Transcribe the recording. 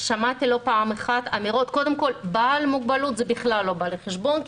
שמעתי אמירות שקודם כל "בעל מוגבלות" בכלל לא בא בחשבון,